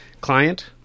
Client